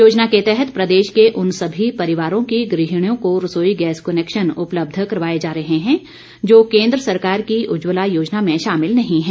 योजना के तहत प्रदेश के उन सभी परिवारों की गृहिणियों को रसोई गैस कनेक्शन उपलब्ध करवाया जा रहा है जो केन्द्र सरकार की उज्वला योजना में शामिल नहीं हैं